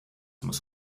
muss